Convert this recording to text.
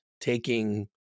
taking